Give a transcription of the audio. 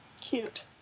Cute